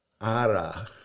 Ara